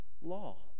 law